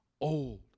old